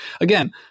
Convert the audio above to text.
Again